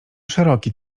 szeroki